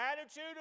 attitude